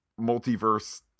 multiverse